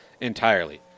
entirely